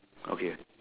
okay